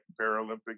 Paralympic